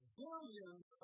billions